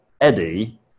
eddie